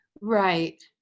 Right